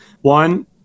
One